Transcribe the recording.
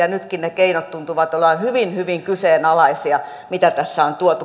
nytkin ne keinot tuntuvat olevan hyvin hyvin kyseenalaisia mitä tässä on tuotu